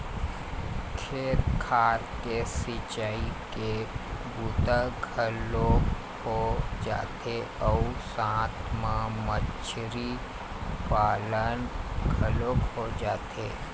खेत खार के सिंचई के बूता घलोक हो जाथे अउ साथ म मछरी पालन घलोक हो जाथे